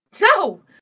no